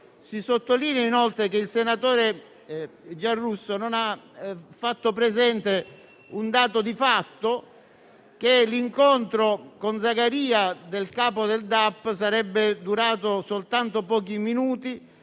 Si sottolinea inoltre che il senatore Giarrusso non ha fatto presente un dato di fatto e cioè che l'incontro con Zagaria del capo del DAP sarebbe durato soltanto pochi minuti,